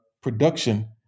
production